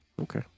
Okay